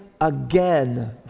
again